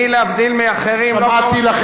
אני, להבדיל מאחרים, שמעתי.